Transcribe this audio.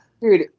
dude